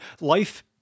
life